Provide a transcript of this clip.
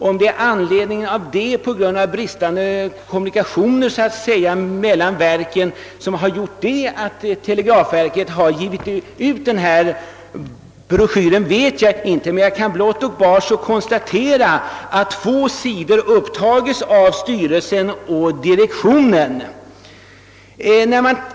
Om det är »bristande kommunikationer» mellan verken som gjort att televerket har givit ut sin broschyr, vet jag inte. Jag kan blott och bart konstatera att två sidor av den upptas av styrelsen och direktionen.